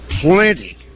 plenty